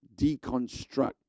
deconstruct